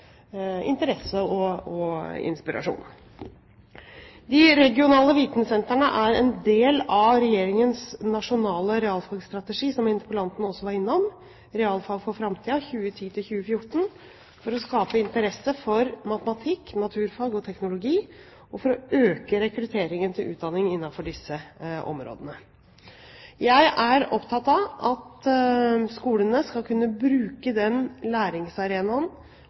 interesse og inspirasjon. De regionale vitensentrene er en del av Regjeringens nasjonale realfagstrategi – som interpellanten også var innom – Realfag for framtida, 2010–2014, for å skape interesse for matematikk, naturfag og teknologi og for å øke rekrutteringen til utdanning innenfor disse områdene. Jeg er opptatt av at skolene skal kunne bruke den læringsarenaen